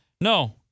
No